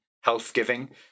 health-giving